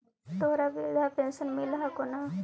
तोहरा वृद्धा पेंशन मिलहको ने?